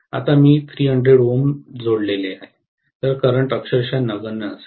आता मी 300 Ω जोडले आहे तर करंट अक्षरश नगण्य असेल